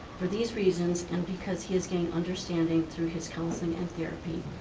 for these reasons and because he has gained understanding through his counseling and therapy,